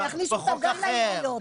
אני רוצה שיכניסו אותם גם לחברות הרגילות.